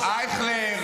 איזה שוביניסט,